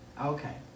Okay